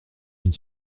une